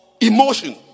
emotion